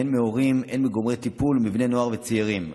הן מהורים והן מגורמי טיפול ומבני נוער וצעירים,